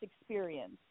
experience